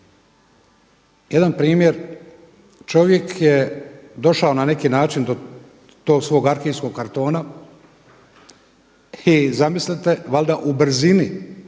Jedan primjer. Čovjek je došao na neki način do tog svog arhivskog kartona i zamislite, valjda u brzini